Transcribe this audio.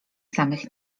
samych